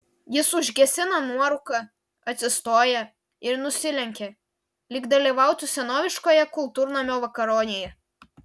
jis užgesina nuorūką atsistoja ir nusilenkia lyg dalyvautų senoviškoje kultūrnamio vakaronėje